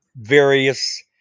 various